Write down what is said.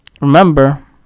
remember